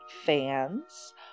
fans